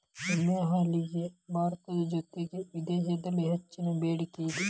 ಎಮ್ಮೆ ಹಾಲಿಗೆ ಭಾರತದ ಜೊತೆಗೆ ವಿದೇಶಿದಲ್ಲಿ ಹೆಚ್ಚಿನ ಬೆಡಿಕೆ ಇದೆ